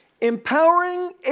empowering